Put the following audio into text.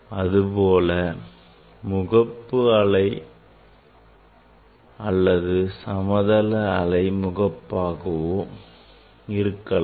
இதுபோல அலை முகப்பாகவோ அல்லது சமதள அலை முகப்பாகவோ இருக்கலாம்